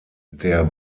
der